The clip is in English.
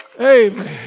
Amen